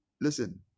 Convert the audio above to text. listen